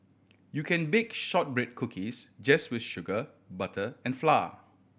you can bake shortbread cookies just with sugar butter and flour